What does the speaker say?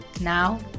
Now